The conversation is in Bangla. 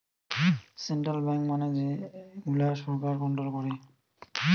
সেন্ট্রাল বেঙ্ক মানে যে গুলা সরকার কন্ট্রোল করে